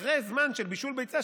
אחרי זמן של בישול ביצה,